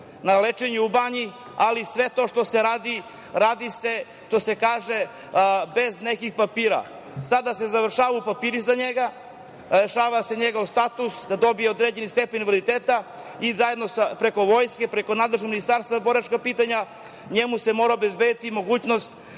na lečenju je u banji. Ali, sve to što se radi, radi se što se kaže, bez nekih papira. Sada se završavaju papiri za njega, rešava se njegov status da dobije određeni stepen invaliditeta i zajedno preko Vojske, preko nadležnog Ministarstva za boračka pitanja, njemu se mora obezbedi da se